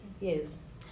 yes